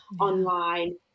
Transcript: online